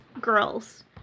girls